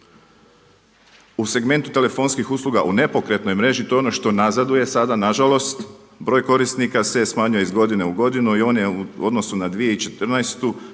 U segmentu telefonskih usluga u nepokretnoj mreži, to je ono što nazaduje sada nažalost, broj korisnika se smanjuje iz godine u godinu i on je u odnosu na 2014. za